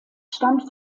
stammt